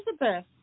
Elizabeth